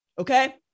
Okay